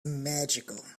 magical